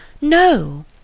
No